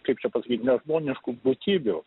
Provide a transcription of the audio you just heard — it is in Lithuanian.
kaip čia pasakyt nežmoniškų būtybių